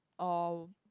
or